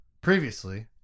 previously